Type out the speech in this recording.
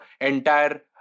entire